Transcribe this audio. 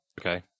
okay